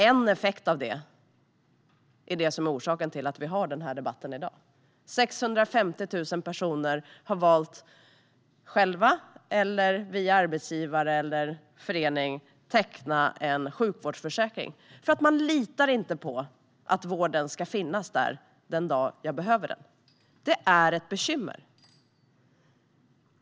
En effekt av det är det som är orsaken till att vi har den här debatten i dag. Det är 650 000 personer som själva, via arbetsgivare eller via förening har valt att teckna en sjukvårdsförsäkring eftersom man inte litar på att vården ska finnas där den dag man behöver den. Det är ett bekymmer.